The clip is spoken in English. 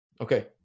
Okay